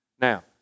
Now